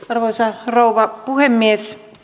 arvoisa rouva puhemies